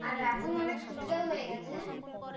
আর এখন অনেক সুবিধাও হয়ে গেছে